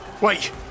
Wait